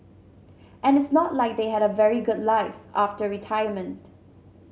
and it's not like they had a very good life after retirement